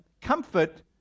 comfort